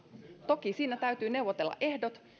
toki siinä täytyy neuvotella ehdot